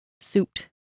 suit